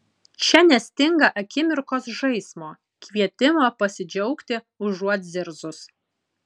čia nestinga akimirkos žaismo kvietimo pasidžiaugti užuot zirzus